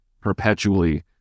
perpetually